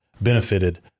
benefited